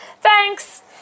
thanks